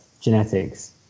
genetics